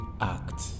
act